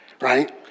right